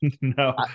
No